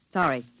Sorry